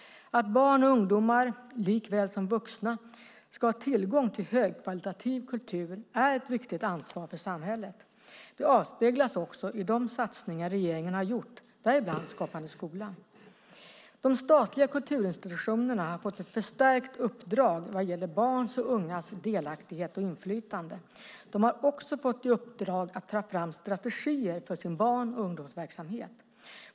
Att barn och ungdomar, likaväl som vuxna, ska ha tillgång till högkvalitativ kultur är ett viktigt ansvar för samhället. Det avspeglas också i de satsningar regeringen har gjort, däribland Skapande skola. De statliga kulturinstitutionerna har fått ett förstärkt uppdrag vad gäller barns och ungas delaktighet och inflytande. De har också fått i uppdrag att ta fram strategier för sin barn och ungdomsverksamhet.